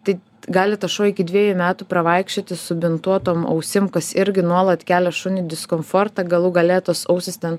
tai gali tas šuo iki dviejų metų pravaikščioti subintuotom ausim kas irgi nuolat kelia šuniui diskomfortą galų gale tos ausys ten